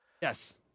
Yes